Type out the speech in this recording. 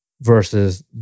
versus